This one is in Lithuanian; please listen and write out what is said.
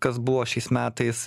kas buvo šiais metais